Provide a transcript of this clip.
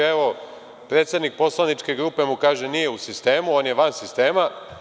Evo, predsednik poslaničke grupe mu kaže da nije u sistemu, on je van sistema.